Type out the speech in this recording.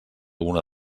una